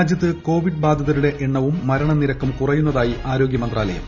രാജ്യത്ത് കോവിഡ്ട് ബാധിതരുടെ എണ്ണവും ന് മരണ നിരക്കും കുറ്യുന്നതായി ആരോഗൃമന്ത്രാലയം